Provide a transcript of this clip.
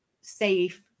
safe